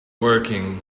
working